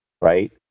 right